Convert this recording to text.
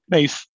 Nice